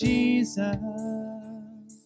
Jesus